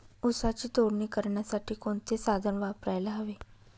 ऊसाची तोडणी करण्यासाठी कोणते साधन वापरायला हवे?